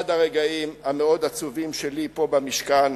אחד הרגעים המאוד-עצובים שלי פה במשכן